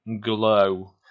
glow